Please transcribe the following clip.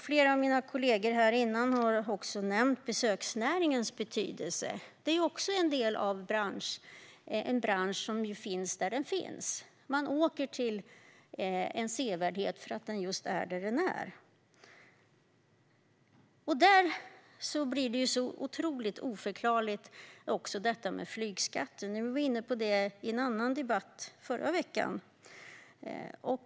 Flera av mina kollegor här har tidigare nämnt besöksnäringens betydelse. Det är också en del av en bransch som finns där den finns. Man åker till en sevärdhet för att den är just där den är. I detta sammanhang blir flygskatten så oförklarlig. Vi var inne på den i en annan debatt förra veckan.